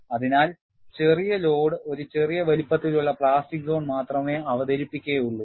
അതിനാൽ ചെറിയ ലോഡ് ഒരു ചെറിയ വലിപ്പത്തിലുള്ള പ്ലാസ്റ്റിക് സോൺ മാത്രമേ അവതരിപ്പിക്കുകയുള്ളൂ